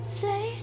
say